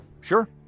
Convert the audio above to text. Sure